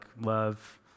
love